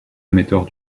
émetteurs